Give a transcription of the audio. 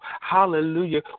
hallelujah